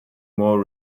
more